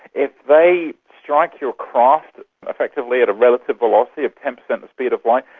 if they strike your craft effectively at a relative velocity of ten percent the speed of light,